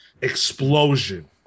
explosion